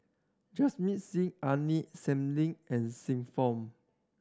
Jamit Singh Aini Salim and Xiu Fang